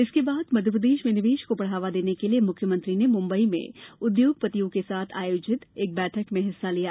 इसके बाद मध्यप्रदेश में निवेश को बढ़ावा देने के लिये मुख्यमंत्री ने मुंबई में उद्योगपतियों के साथ आयोजित एक बैठक में हिस्सा लिया